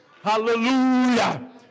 Hallelujah